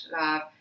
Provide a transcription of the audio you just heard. love